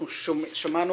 שמענו